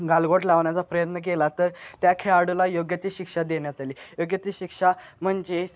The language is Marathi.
गालबोट लावण्याचा प्रयत्न केला तर त्या खेळाडूला योग्य ती शिक्षा देण्यात आली योग्य ती शिक्षा म्हणजेच